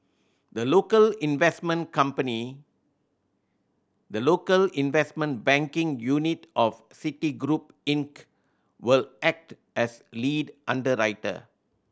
the local investment company the local investment banking unit of Citigroup Inc will act as lead underwriter